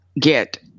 get